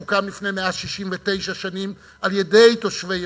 שהוקם לפני 169 שנים על-ידי תושבי ירושלים.